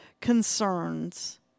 concerns